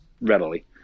readily